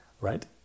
right